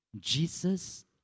Jesus